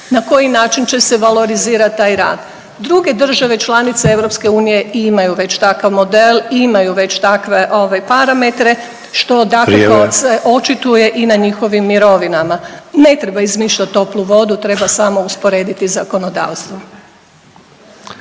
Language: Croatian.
koji način će se valorizirat taj rad. Druge države članice EU imaju već takav model, imaju već takve ovaj parametre, što dakako…/Upadica Sanader: Vrijeme/…se očituje i na njihovim mirovinama. Ne treba izmišljat toplu vodu, treba samo usporediti zakonodavstvo.